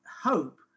hope